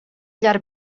llarg